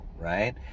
right